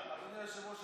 אדוני היושב-ראש,